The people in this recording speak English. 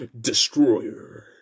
Destroyer